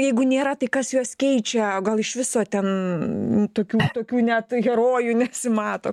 jeigu nėra tai kas juos keičia gal iš viso ten tokių tokių net herojų nesimato